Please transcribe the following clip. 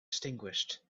extinguished